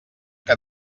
que